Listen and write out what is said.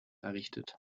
errichtet